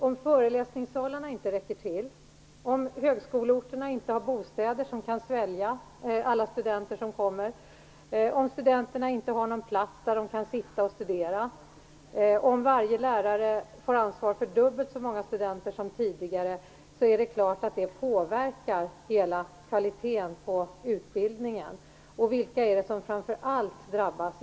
Om föreläsningssalarna inte räcker till, om högskoleorterna inte har bostäder som kan svälja alla studenter som kommer, om studenterna inte har någon plats där de kan sitta och studera och om varje lärare får ansvar för dubbelt så många studenter som tidigare är det klart att det påverkar hela kvaliteten på utbildningen. Och vilka är det som framför allt drabbas?